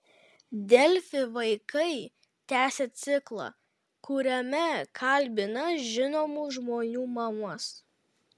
delfi vaikai tęsia ciklą kuriame kalbina žinomų žmonių mamas